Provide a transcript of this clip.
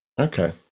Okay